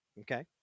Okay